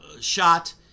shot